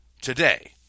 today